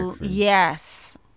yes